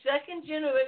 second-generation